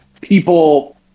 people